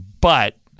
but-